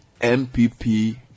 MPP